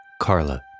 Carla